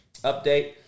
update